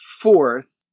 fourth